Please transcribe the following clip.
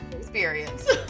experience